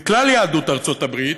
מכלל יהדות ארצות הברית,